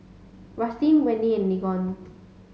Rustin Wendy and Mignon